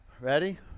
Ready